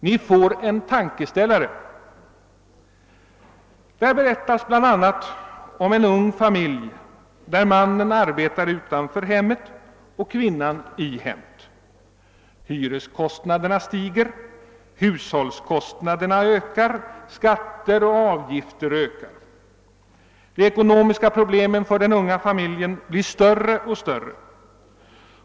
Ni får då en tankeställare. Där berättas bl.a. om en ung familj där mannen arbetar utanför hemmet, kvinnan i hemmet. Hyreskostnaderna stiger, hushållskostnaden ökar och skatter och avgifter höjs. De ekonomiska problemen för den unga familjen blir större och större.